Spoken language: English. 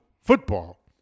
football